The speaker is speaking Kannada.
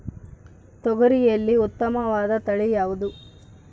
ತೊಗರಿಯಲ್ಲಿ ಉತ್ತಮವಾದ ತಳಿ ಯಾವುದು?